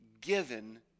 given